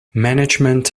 management